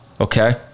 Okay